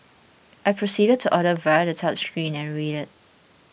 I proceeded to order via the touchscreen and waited